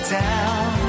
down